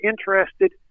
interested